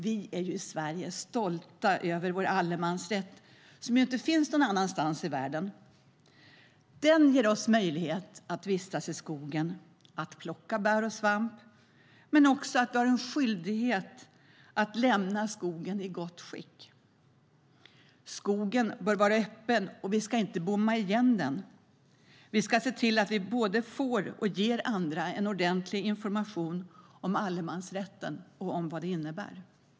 Vi är i Sverige stolta över vår allemansrätt, som inte finns någon annanstans i världen. Den som ger oss möjlighet att vistas i skogen och att plocka bär och svamp, men vi har också en skyldighet att lämna skogen i gott skick. Skogen bör vara öppen, och vi ska inte bomma igen den. Vi ska se till att vi både får och ger andra ordentlig information om allemansrätten och vad den innebär.